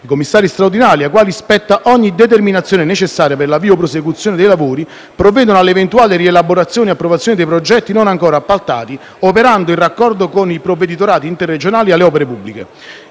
I commissari straordinari, ai quali spetta ogni determinazione necessaria per l'avvio o la prosecuzione dei lavori, provvedono all'eventuale rielaborazione e approvazione dei progetti non ancora appaltati, operando in raccordo con i provveditorati interregionali alle opere pubbliche.